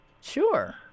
Sure